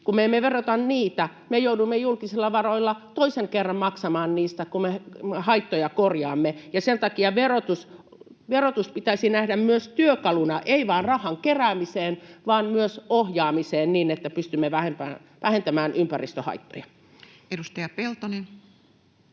kun me emme verota niitä, me joudumme julkisilla varoilla toisen kerran maksamaan niistä, kun me haittoja korjaamme. Sen takia verotus pitäisi nähdä myös työkaluna, ei vain rahan keräämiseen vaan myös ohjaamiseen niin, että pystymme vähentämään ympäristöhaittoja. Edustaja Peltonen.